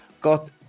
got